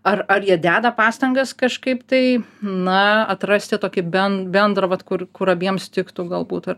ar ar jie deda pastangas kažkaip tai na atrasti tokį ben bendrą vat kur kur abiems tiktų galbūt ar